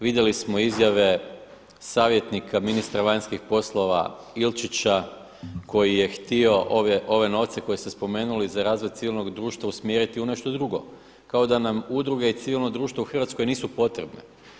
Vidjeli smo izjave savjetnika ministra vanjskih poslova Ilčića koji je htio ove novce koje ste spomenuli za razvoj civilnog društva usmjeriti u nešto drugo, kao da nam udruge i civilno društvo u Hrvatskoj nisu potrebne.